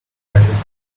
artist